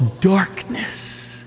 darkness